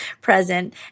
present